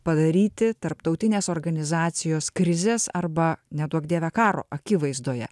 padaryti tarptautinės organizacijos krizės arba neduok dieve karo akivaizdoje